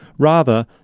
rather,